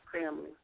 family